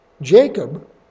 Jacob